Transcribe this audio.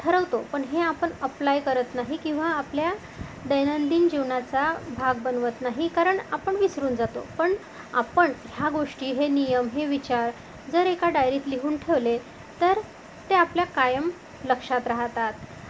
ठरवतो पण हे आपण अप्लाय करत नाही किंवा आपल्या दैनंदिन जीवनाचा भाग बनवत नाही कारण आपण विसरून जातो पण आपण ह्या गोष्टी हे नियम हे विचार जर एका डायरीत लिहून ठेवले तर ते आपल्या कायम लक्षात राहतात